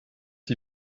die